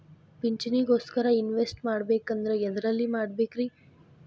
ಪಿಂಚಣಿ ಗೋಸ್ಕರ ಇನ್ವೆಸ್ಟ್ ಮಾಡಬೇಕಂದ್ರ ಎದರಲ್ಲಿ ಮಾಡ್ಬೇಕ್ರಿ?